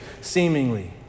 seemingly